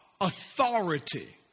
authority